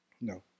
No